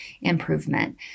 improvement